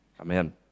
Amen